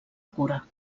cura